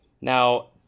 Now